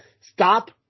stop